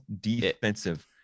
defensive